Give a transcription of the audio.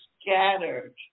scattered